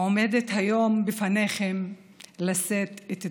עומדת היום בפניכם לשאת את דבריי.